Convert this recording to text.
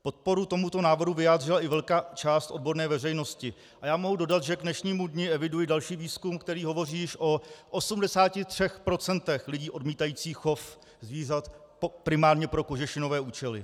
Podporu tomuto návrhu vyjádřila i velká část odborné veřejnosti a já mohu dodat, že k dnešnímu dni eviduji další výzkum, který hovoří již o 83 procentech lidí odmítajících chov zvířat primárně pro kožešinové účely.